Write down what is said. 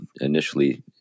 initially